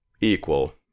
equal